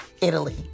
Italy